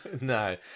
No